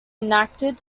enacted